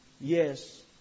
Yes